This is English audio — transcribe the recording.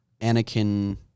Anakin